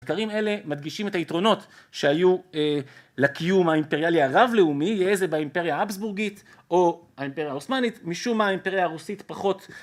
מחקרים אלה מדגישים את היתרונות שהיו לקיום האימפריאלי הרב לאומי, יהיה זה באימפריה האבסבורגית או האימפריה הוסמאנית משום מה האימפריה הרוסית פחות